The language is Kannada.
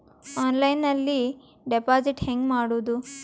ಆನ್ಲೈನ್ನಲ್ಲಿ ಡೆಪಾಜಿಟ್ ಹೆಂಗ್ ಮಾಡುದು?